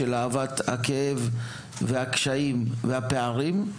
של אהבת הכאב והקשיים והפערים,